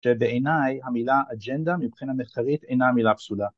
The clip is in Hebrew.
ובעיניי המילה אג'נדה מבחינה מסחרית אינה מילה פסולה